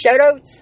Shoutouts